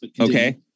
Okay